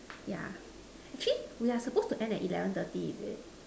yeah actually we are suppose to end at eleven thirty is it